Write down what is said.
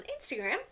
Instagram